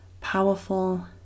powerful